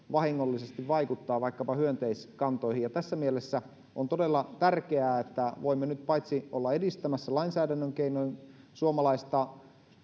vahingollisesti vaikuttaa vaikkapa hyönteiskantoihin tässä mielessä on todella tärkeää että voimme nyt paitsi olla edistämässä lainsäädännön keinoin suomalaista